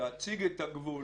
להציג את הגבול.